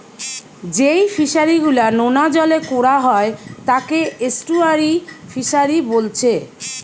যেই ফিশারি গুলা নোনা জলে কোরা হয় তাকে এস্টুয়ারই ফিসারী বোলছে